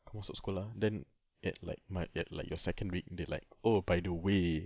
kau masuk sekolah then at like my at like your second week they're like oh by the way